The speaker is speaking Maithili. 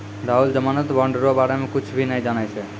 राहुल जमानत बॉन्ड रो बारे मे कुच्छ भी नै जानै छै